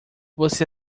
você